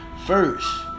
First